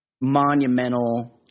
monumental